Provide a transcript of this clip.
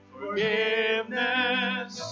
Forgiveness